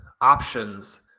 options